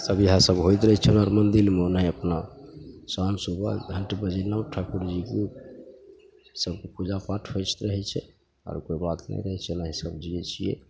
सब इएहसब होइत रहै छै हमरा आओर मन्दिलमे ओनाहि अपना शाम सुबह घण्टी बजेलहुँ ठाकुरजी सब पूजापाठ होइत रहै छै आओर कोइ बात नहि रहै छै एनाहि सभ जिए छिए